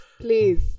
please